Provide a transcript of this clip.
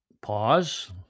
Pause